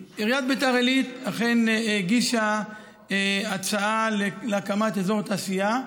עיריית ביתר עילית אכן הגישה הצעה להקמת אזור תעשייה,